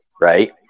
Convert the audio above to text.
Right